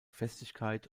festigkeit